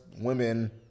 women